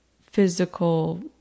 physical